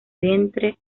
vientre